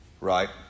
Right